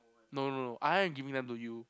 no no no I am giving them to you